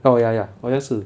oh ya ya 好像是